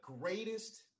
greatest